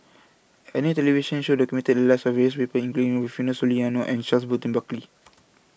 A New television Show documented The Lives of various People including Rufino Soliano and Charles Burton Buckley